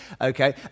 Okay